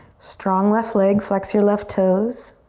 strong left leg, flex your left toes.